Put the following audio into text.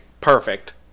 perfect